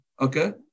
Okay